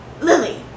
Lily